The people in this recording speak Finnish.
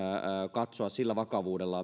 katsoa vakavuudella